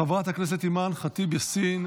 חברת הכנסת אימאן ח'טיב יאסין,